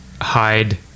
hide